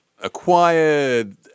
acquired